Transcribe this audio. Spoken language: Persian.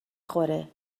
خوره